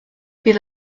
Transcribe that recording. bydd